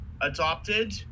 adopted